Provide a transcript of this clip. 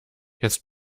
jetzt